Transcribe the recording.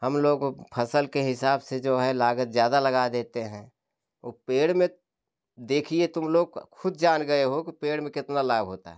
हम लोगों फसल के हिसाब से जो है लागत ज्यादा लगा देते हैं वो पेड़ में देखिए तुम लोग खुद जान गए हो कि पेड़ में कितना लाभ होता